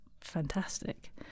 fantastic